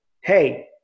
hey